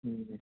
ꯎꯝ